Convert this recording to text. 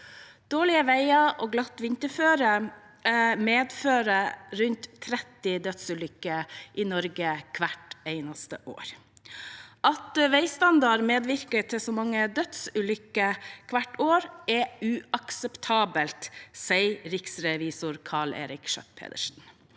Dårlige veier og glatt vinterføre medfører rundt 30 dødsulykker i Norge hvert eneste år. Det at veistandard medvirker til så mange dødsulykker hvert år, er uakseptabelt, sier riksrevisor Karl Eirik Schjøtt-Pedersen.